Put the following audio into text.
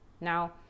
Now